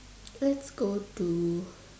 let's go to